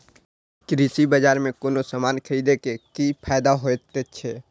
कृषि बाजार में कोनो सामान खरीदे के कि फायदा होयत छै?